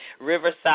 Riverside